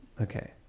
Okay